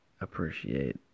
appreciate